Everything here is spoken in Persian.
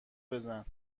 بزن